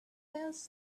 else